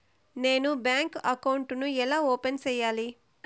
నేను bank account ను ఎలా ఓపెన్ సేయాలి?